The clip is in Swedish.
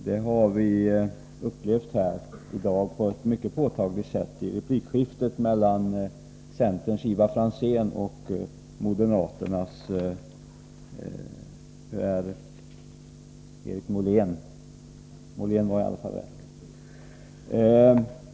Detta har vi upplevt på ett mycket påtagligt sätt här i dag i replikskiftet mellan centerns Ivar Franzén och moderaternas Per-Richard Molén.